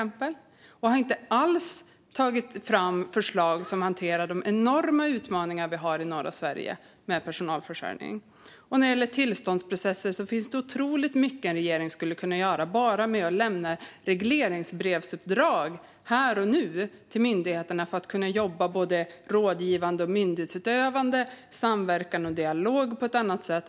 Man har inte alls tagit fram förslag som hanterar de enorma utmaningarna i norra Sverige med personalförsörjning. När det gäller tillståndsprocesser finns det otroligt mycket regeringen skulle kunna göra bara genom att ge uppdrag i regleringsbrev till myndigheterna här och nu för att de ska kunna jobba rådgivande och myndighetsutövande med samverkan och dialog på ett annat sätt.